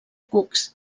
cucs